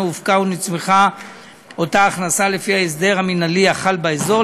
הופקה או נצמחה אותה הכנסה לפי ההסדר המינהלי החל באזור,